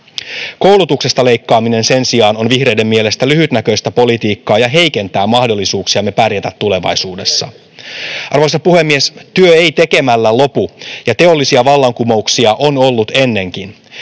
Koulutuksesta leikkaaminen sen sijaan on vihreiden mielestä lyhytnäköistä politiikkaa ja heikentää mahdollisuuksiamme pärjätä tulevaisuudessa. Arvoisa puhemies! Työ ei tekemällä lopu, ja teollisia vallankumouksia on ollut ennenkin.